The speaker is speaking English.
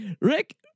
Rick